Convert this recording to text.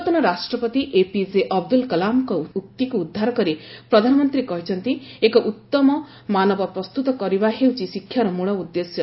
ପୂର୍ବତନ ରାଷ୍ଟ୍ରପତି ଏପିଜେ ଅବଦୁଲ କଲାମଙ୍କ ଉକ୍ତିକୁ ଉଦ୍ଧାର କରି ପ୍ରଧାନମନ୍ତ୍ରୀ କହିଛନ୍ତି ଏକ ଉତ୍ତମ ମାନବ ପ୍ରସ୍ତୁତ କରିବା ହେଉଛି ଶିକ୍ଷାର ମୂଳ ଉଦ୍ଦେଶ୍ୟ